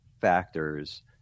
factors